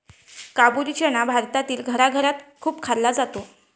काबुली चना भारतातील घराघरात खूप खाल्ला जातो